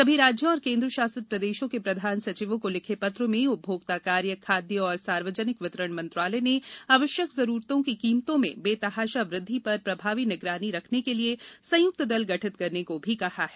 सभी राज्यों और केंद्र शासित प्रदेशों के प्रधान सचिवों को लिखे पत्र में उपभोक्ता कार्य खाद्य और सार्वजनिक वितरण मंत्रालय ने आवश्यक जरूरतों की कीमतों में बेतहाशा वृद्धि पर प्रभावी निगरानी रखने के लिये संयुक्त दल गठित करने को भी कहा है